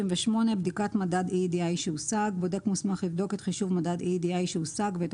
68.בדיקת מדד EEDI שהושג בודק מוסמך יבדוק את חישוב מדד EEDI שהושג ואת